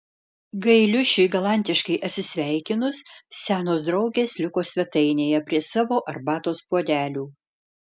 gailiušiui galantiškai atsisveikinus senos draugės liko svetainėje prie savo arbatos puodelių